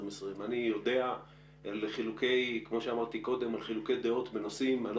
אני יודע על חילוקי דעות בנושאים יותר